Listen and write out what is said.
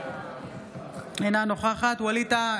אינה נוכחת ווליד טאהא,